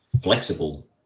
flexible